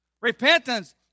Repentance